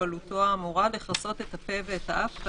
מוגבלותו האמורה לכסות את הפה ואת האף.